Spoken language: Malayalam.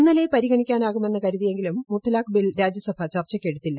ഇന്നലെ പരിഗണിക്കാനാകുമെന്ന് കരുതിയിയെങ്കിലും മുത്തലാഖ് ബിൽ രാജ്യസഭ ചർച്ചയ്ക്കെടുത്തില്ല